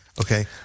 Okay